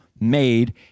made